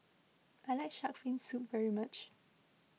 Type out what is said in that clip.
I like Shark's Fin Soup very much